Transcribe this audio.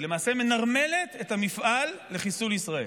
היא למעשה מנרמלת את המפעל לחיסול ישראל,